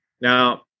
now